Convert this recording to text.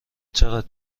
چقدر